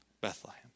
Bethlehem